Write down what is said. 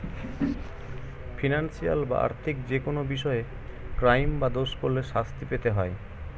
financial বা আর্থিক যেকোনো বিষয়ে ক্রাইম বা দোষ করলে শাস্তি পেতে হয়